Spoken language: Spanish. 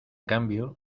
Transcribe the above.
cambio